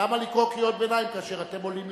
למה לקרוא קריאות ביניים כאשר אתם עולים,